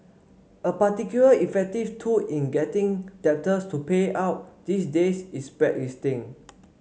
a particularly effective tool in getting debtors to pay up these days is blacklisting